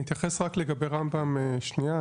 אני אתייחס רק לגבי רמב"ם שנייה,